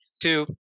Two